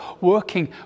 working